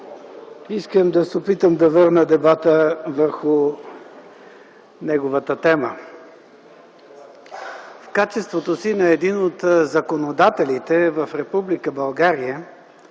Искам да се опитам да върна дебата върху неговата тема. В качеството си на един от законодателите в Република България,